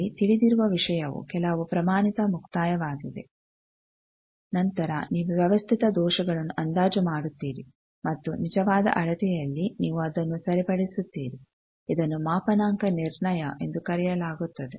ಇಲ್ಲಿ ತಿಳಿದಿರುವ ವಿಷಯವು ಕೆಲವು ಪ್ರಮಾಣಿತ ಮುಕ್ತಾಯವಾಗಿದೆ ನಂತರ ನೀವು ವ್ಯವಸ್ಥಿತ ದೋಷಗಳನ್ನು ಅಂದಾಜು ಮಾಡುತ್ತೀರಿ ಮತ್ತು ನಿಜವಾದ ಅಳತೆಯಲ್ಲಿ ನೀವು ಅದನ್ನು ಸರಿಪಡಿಸುತ್ತೀರಿ ಇದನ್ನು ಮಾಪನಾಂಕ ನಿರ್ಣಯ ಎಂದು ಕರೆಯಲಾಗುತ್ತದೆ